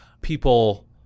people